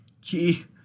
key